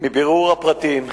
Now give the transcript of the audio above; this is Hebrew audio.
מבירור הפרטים,